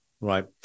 right